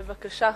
בבקשה,